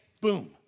boom